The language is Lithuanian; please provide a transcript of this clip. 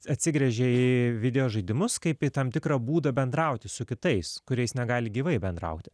atsigręžė į video žaidimus kaip į tam tikrą būdą bendrauti su kitais kuriais negali gyvai bendrauti